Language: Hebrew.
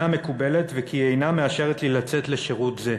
מקובלת וכי היא אינה מאשרת לי לצאת לשירות זה".